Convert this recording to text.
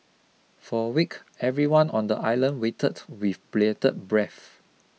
for a week everyone on the island waited with bated breath